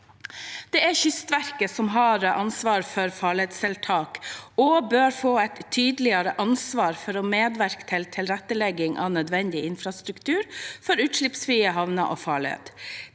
Det er Kystverket som har ansvar for farledstiltak, og som bør få et tydeligere ansvar for å medvirke til tilrettelegging av nødvendig infrastruktur for utslippsfrie havner og farleder.